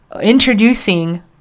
introducing